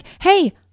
hey